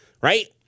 right